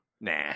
Nah